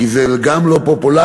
כי זה גם לא פופולרי,